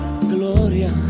Gloria